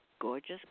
gorgeous